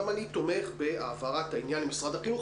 גם אני תומך בהעברת העניין למשרד החינוך,